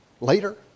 later